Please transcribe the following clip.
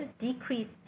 decreased